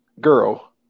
girl